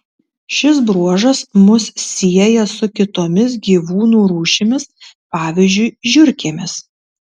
šis bruožas mus sieja su kitomis gyvūnų rūšimis pavyzdžiui žiurkėmis